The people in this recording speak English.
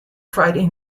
friday